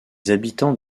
habitants